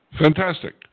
Fantastic